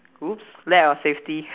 !oops! lack of safety